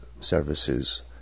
services